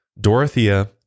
Dorothea